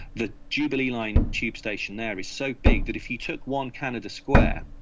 the jubilee line tube station there is so big that if you took one canada square,